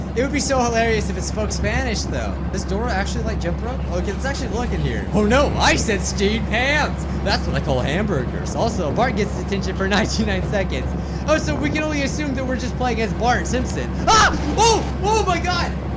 it would be so hilarious if it spoke spanish though. miss dora actually like jump rope, okay it's actually like in here. oh, no, i said steve hands. that's what i call hamburgers. also bart gets detention for ninety nine seconds oh so we can only assume that we're just playing against bart simpson oh oh oh my god,